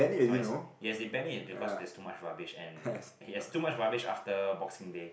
twice yes they ban it because there's too much rubbish and it has too much rubbish after Boxing day